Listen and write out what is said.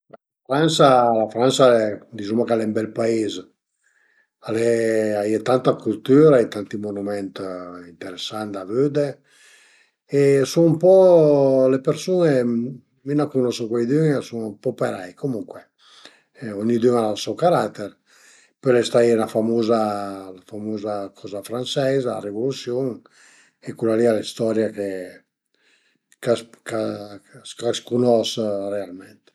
Sicürament al e stait ël periodo da militar che suma stait praticament cumandà për andé a vëddi ël circo, ël circo al era li a La Spezia e alura suma andait ün grüp dë marinai e suma andait, i eru ën ses u set e l'uma fait anche 'na foto ënsema a ün di clown e la sümia